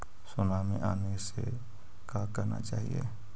Tsunami आने से का करना चाहिए?